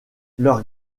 leur